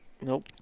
Nope